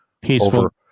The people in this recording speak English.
Peaceful